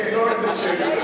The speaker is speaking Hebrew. תודה, אדוני השר.